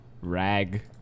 rag